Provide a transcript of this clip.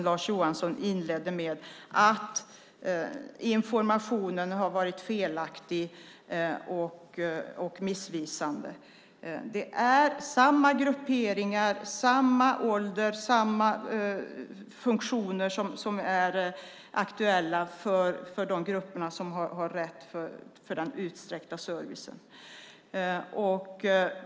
Lars Johansson inledde med att säga att informationen har varit felaktig och missvisande. Men det är samma funktioner, och samma grupperingar har rätt till den utsträckta servicen.